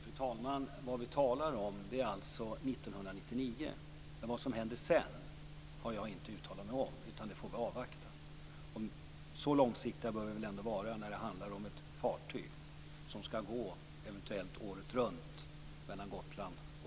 Fru talman! Vi talar om 1999. Vad som händer sedan har jag inte uttalat mig om. Det får vi avvakta. Vi måste vara långsiktiga när det gäller fartyg som skall gå året runt till och från Gotland.